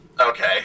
Okay